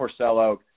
Porcello